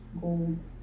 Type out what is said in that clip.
gold